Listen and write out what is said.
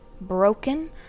broken